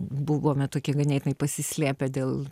buvome tokie ganėtinai pasislėpę dėl